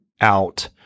out